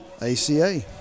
ACA